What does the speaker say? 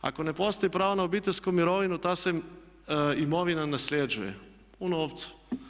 ako ne postoji pravo na obiteljsku mirovinu ta se imovina nasljeđuje u novcu.